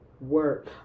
Work